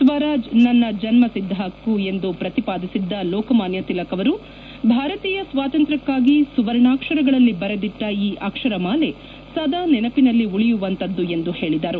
ಸ್ವರಾಜ್ ನನ್ನ ಜನ್ಮ ಸಿದ್ಧ ಹಕ್ಕು ಎಂದು ಪ್ರತಿಪಾದಿಸಿದ್ದ ಲೋಕಮಾನ್ಯ ತಿಲಕ್ ಅವರು ಭಾರತೀಯ ಸ್ವಾತಂತ್ರ್ಯಕ್ಕಾಗಿ ಸುವರ್ಣಾಕ್ಷರಗಳಲ್ಲಿ ಬರೆದಿಟ್ಟ ಈ ಅಕ್ಷರ ಮಾಲೆ ಸದಾ ನೆನಪಿನಲ್ಲಿ ಉಳಿಯುವಂತದ್ದು ಎಂದು ಹೇಳಿದರು